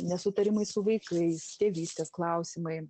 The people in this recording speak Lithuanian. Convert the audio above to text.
nesutarimai su vaikais tėvystės klausimai